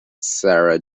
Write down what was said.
sarah